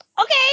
okay